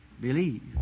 believe